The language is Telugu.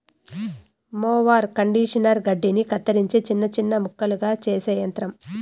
మొవార్ కండీషనర్ గడ్డిని కత్తిరించి చిన్న చిన్న ముక్కలుగా చేసే యంత్రం